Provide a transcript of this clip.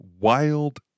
Wild